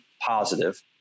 positive